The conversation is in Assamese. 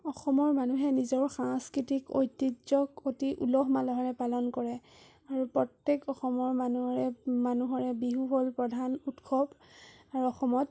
অসমৰ মানুহে নিজৰ সাংস্কৃতিক ঐতিহ্য অতি উলহ মালহেৰে পালন কৰে আৰু প্ৰত্যেক অসমৰ মানুহৰে মানুহৰে বিহু হ'ল প্ৰধান উৎসৱ আৰু অসমত